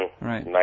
Right